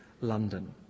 London